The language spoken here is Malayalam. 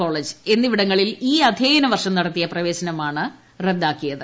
കോളേജ് എന്നിവിടങ്ങളിൽ ഈ അധ്യയന വർഷം നടത്തിയ പ്രവേശനമാണ് റദ്ദാക്കിയത്